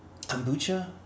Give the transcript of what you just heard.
kombucha